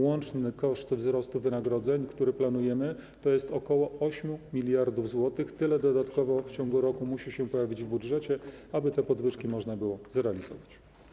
Łączny koszt wzrostu wynagrodzeń, który planujemy, to jest ok. 8 mld zł - tyle dodatkowo w ciągu roku musi się pojawić w budżecie, aby te podwyżki można było zrealizować.